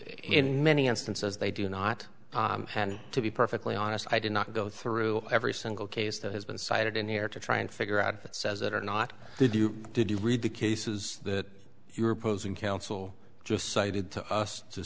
in many instances they do not have to be perfectly honest i do not go through every single case that has been cited in here to try and figure out if it says it or not they do did you read the cases that your opposing counsel just cited to us to